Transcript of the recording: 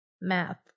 Math